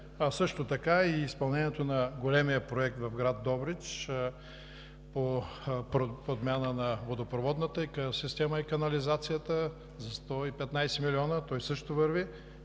както и изпълнението на големия проект в град Добрич по подмяна на водопроводната система и канализацията за 115 милиона – той също върви.